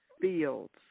fields